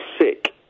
sick